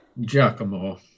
Giacomo